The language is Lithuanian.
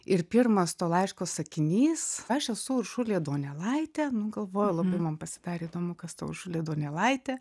ir pirmas to laiško sakinys aš esu uršulė duonėlaitė nu galvoju labai man pasidarė įdomu kas ta uršulė duonielaitė